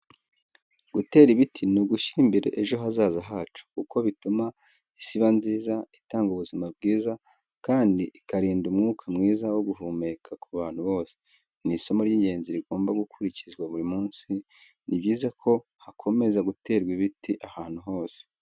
Gutera ibiti ni ugushyira imbere ejo hazaza hacu, kuko bituma isi iba nziza, itanga ubuzima bwiza kandi ikarinda umwuka mwiza wo guhumeka ku bantu bose. Ni isomo ry’ingenzi rigomba gukurikizwa buri munsi. Ni byiza ko hakomeza guterwa ibiti ahantu hose.